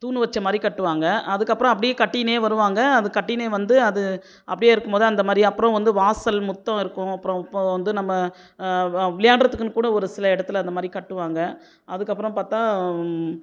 தூண் வச்ச மாதி ரி கட்டுவாங்கள் அதுக்கப்புறம் அப்படியே கட்டின்னே வருவாங்கள் அது கட்டின்னே வந்து அது அப்படியே இருக்கும் போது அந்த மாதிரி அப்றம் வந்து வாசல் முத்தம் இருக்கும் அப்றம் இப்ப வந்து நம்ம வ விளையாடுறதுக்குன்னு கூட ஒருசில இடத்துல அந்தமாரி கட்டுவாங்க அதுக்கப்பறம் பார்த்தா